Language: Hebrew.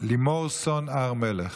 לימור סון הר מלך.